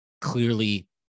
clearly